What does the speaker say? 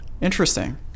Interesting